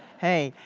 hey,